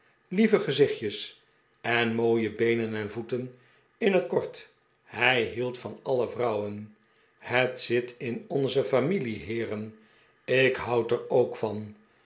lieve gezichtjesen mooie beenen en voeten in het kort hij hield van alle vrouwen het zit in onze familie heeren ik houd er ook van